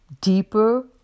deeper